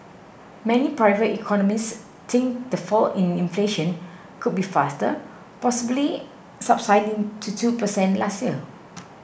many private economists think the fall in inflation could be faster possibly subsiding to two percent last year